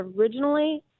originally